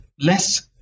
less